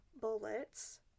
bullets